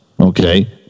Okay